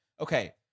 Okay